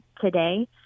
today